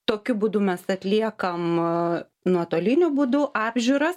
tokiu būdu mes atliekam nuotoliniu būdu apžiūrą